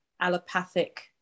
allopathic